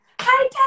hi